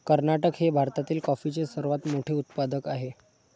कर्नाटक हे भारतातील कॉफीचे सर्वात मोठे उत्पादक आहे